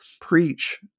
preach